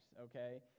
okay